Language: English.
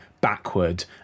backward